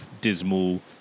dismal